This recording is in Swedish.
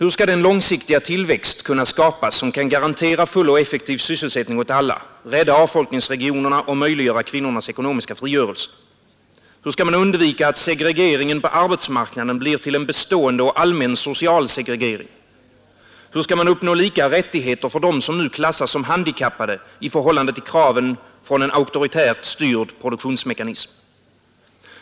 Hur skall den långsiktiga tillväxt kunna skapas som kan garantera full och effektiv sysselsättning åt alla, rädda avfolkningsregionerna och möjliggöra kvinnornas ekonomiska frigörelse? Hur skall man undvika att segregeringen på arbetsmarknaden blir till en bestående och allmän social segregering? Hur skall man uppnå lika rättigheter för dem som nu klassas som handikappade i förhållande till kraven från ett auktoritärt styrt produktionsliv?